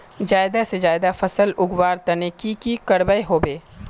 ज्यादा से ज्यादा फसल उगवार तने की की करबय होबे?